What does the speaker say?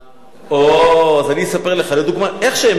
איזה טיפול רפואי המדינה נותנת להם?